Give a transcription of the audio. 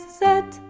set